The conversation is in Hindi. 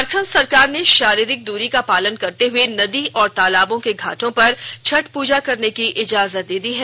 झारखंड सरकार ने शारीरिक दूरी का पालन करते हुए नदी और तालाबों के घाटों पर छठ पूजा करने की इजाजत दे दी है